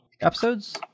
episodes